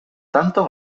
tanto